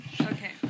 Okay